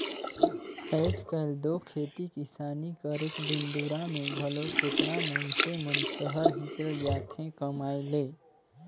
आएज काएल दो खेती किसानी करेक दिन दुरा में घलो केतना मइनसे मन सहर हिंकेल जाथें कमाए ले